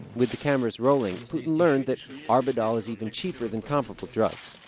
with the cameras rolling, putin learned that arbidol is even cheaper than comparable drugs.